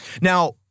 Now